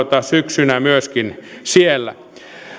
syksynä siellä